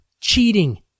cheating